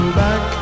back